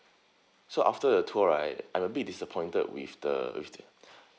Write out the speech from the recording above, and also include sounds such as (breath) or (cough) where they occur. so after the tour right I'm a bit disappointed with the with the (breath)